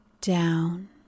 down